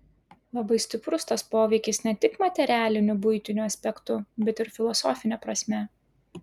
labai stiprus tas poveikis ne tik materialiniu buitiniu aspektu bet ir filosofine prasme